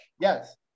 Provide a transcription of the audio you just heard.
Yes